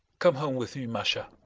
come home with me, masha.